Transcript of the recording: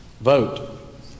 Vote